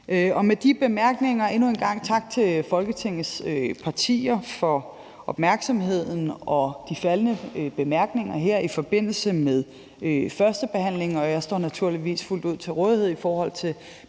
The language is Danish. Med de bemærkninger vil jeg endnu en gang sige tak til Folketingets partier for opmærksomheden og de faldne bemærkninger her i forbindelse med førstebehandlingen. Jeg står naturligvis fuldt ud til rådighed for